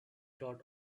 dot